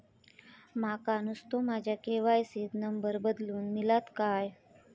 माका नुस्तो माझ्या के.वाय.सी त नंबर बदलून मिलात काय?